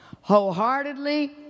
Wholeheartedly